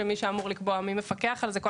מי מפקח על זה ועוד.